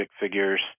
figures